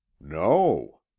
No